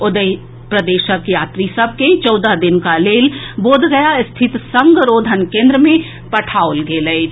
ओतहि प्रदेशक यात्री सभ के चौदह दिनुका लेल बोधगया स्थित संगरोधन केंद्र मे पठाओल गेल अछि